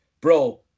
Bro